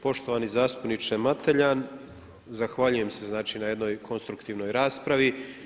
Poštovani zastupniče Matelja, zahvaljujem se znači na jednoj konstruktivnoj raspravi.